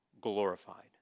glorified